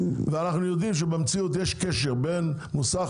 אנחנו יודעים שבמציאות יש קשר בין מוסך